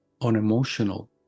unemotional